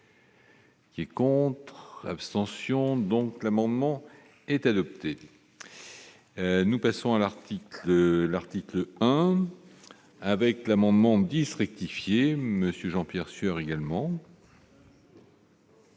Qui est contre l'abstention donc. L'amendement est adopté, nous passons à l'article, l'article 1 avec l'amendement 10 rectifié, monsieur Jean-Pierre Sueur également.